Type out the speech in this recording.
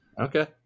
Okay